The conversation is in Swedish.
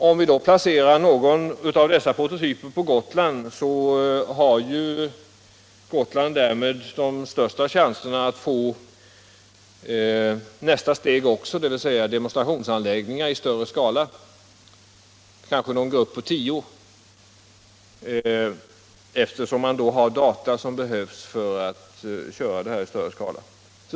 Om vi då placerar någon av dessa prototyper på Gotland, har Gotland därmed de största chanserna att få även nästa steg, dvs. demonstrationsanläggningar i större skala, kanske i någon grupp på tio, eftersom man då förfogar över de datauppgifter som behövs för att göra proven i större skala.